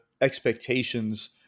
expectations